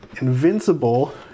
Invincible